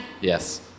Yes